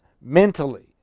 mentally